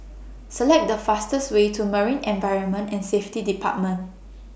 Select The fastest Way to Marine Environment and Safety department